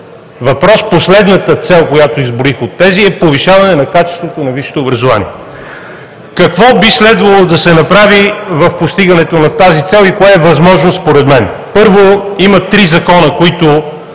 това е последната цел, която изброих – повишаване на качеството на висшето образование. Какво би следвало да се направи в постигането на тази цел и кое е възможно, според мен? Първо, има три закона, които